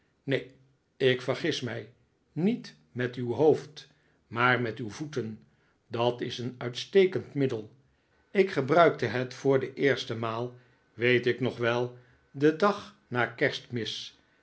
neen ik vergis mij niet met uw hoofd maar met uw voeten dat is een uitstekend middel ik gebruikte het voor de eerste maal weet ik nog wel den dag na kerstmis